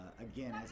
again